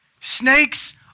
Snakes